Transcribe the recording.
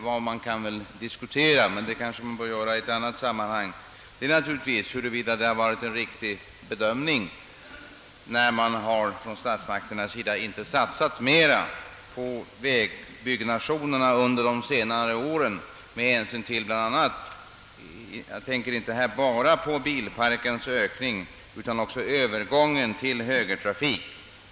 Vad vi kan diskutera — men det bör vi kanske göra i ett annat sammanhang är naturligtvis huruvida det har varit en riktig bedömning av statsmakterna att inte satsa mera på vägbyggnader under senare år, med hänsyn inte bara till bilparkens ökning utan också till övergången till högertrafik.